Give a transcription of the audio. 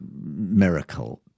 miracle